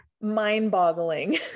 mind-boggling